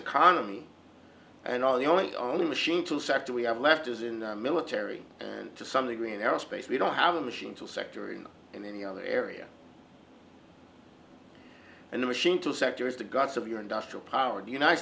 economy and all the only only machine to sector we have left is in the military and to some degree in aerospace we don't have a machine to sector in any other area and the machine to sector is the guts of your industrial power the united